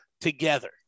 together